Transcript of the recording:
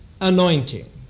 anointing